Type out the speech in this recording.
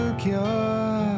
cure